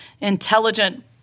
intelligent